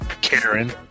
Karen